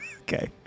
Okay